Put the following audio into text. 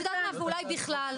ואולי בכלל.